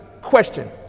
Question